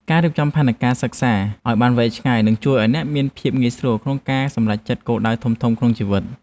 ការរៀបចំផែនការសិក្សាឱ្យបានវែងឆ្ងាយនឹងជួយឱ្យអ្នកមានភាពងាយស្រួលក្នុងការសម្រេចគោលដៅធំៗក្នុងជីវិត។